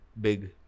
big